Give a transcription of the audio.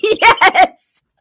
Yes